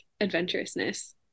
adventurousness